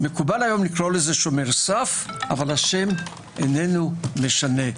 מקובל לקרוא לזה שומר סף אבל השם אינו משנה.